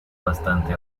bastante